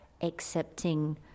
accepting